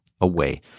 away